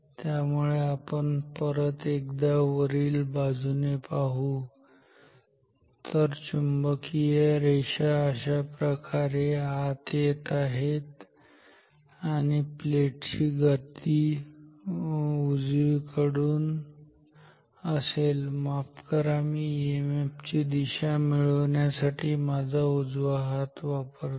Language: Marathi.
त्यामुळे आपण परत एकदा वरील बाजूने पाहू तर चुंबकीय रेषा अशाप्रकारे आत येत आहेत आणि प्लेट ची गती उजवीकडून असेल माफ करा मी ईएमएफ ची दिशा मिळविण्यासाठी माझा उजवा हात वापरतो